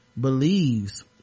believes